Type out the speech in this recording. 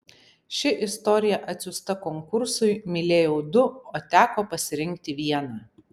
ši istorija atsiųsta konkursui mylėjau du o teko pasirinkti vieną